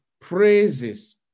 praises